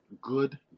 good